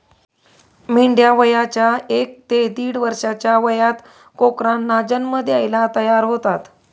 मेंढ्या वयाच्या एक ते दीड वर्षाच्या वयात कोकरांना जन्म द्यायला तयार होतात